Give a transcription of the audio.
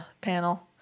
panel